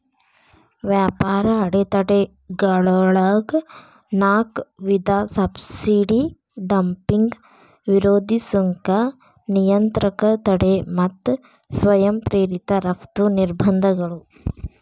ವ್ಯಾಪಾರ ಅಡೆತಡೆಗಳೊಳಗ ನಾಕ್ ವಿಧ ಸಬ್ಸಿಡಿ ಡಂಪಿಂಗ್ ವಿರೋಧಿ ಸುಂಕ ನಿಯಂತ್ರಕ ತಡೆ ಮತ್ತ ಸ್ವಯಂ ಪ್ರೇರಿತ ರಫ್ತು ನಿರ್ಬಂಧಗಳು